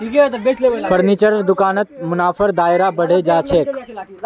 फर्नीचरेर दुकानत मुनाफार दायरा बढ़े जा छेक